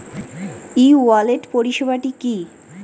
ই wallet পরিষেবাটি কি?